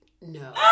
No